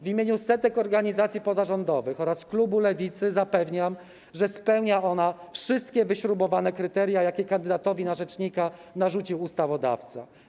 W imieniu setek organizacji pozarządowych oraz klubu Lewicy zapewniam, że spełnia ona wszystkie wyśrubowane kryteria, jakie kandydatowi na rzecznika narzucił ustawodawca.